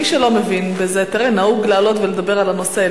מי שלא מבין בזה, נהוג לעלות ולדבר על הנושא.